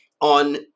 on